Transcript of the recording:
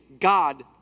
God